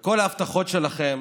וכל ההבטחות שלכם